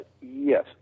Yes